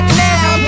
now